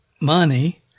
money